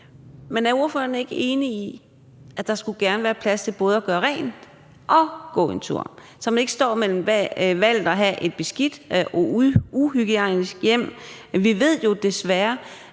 Men er ordføreren ikke enig i, at der gerne skulle være plads til både at gøre rent og gå en tur, så man ikke står med valget mellem det at gå en tur og det at have et beskidt og uhygiejnisk hjem. Vi ved jo desværre,